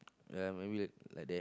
ya maybe like like that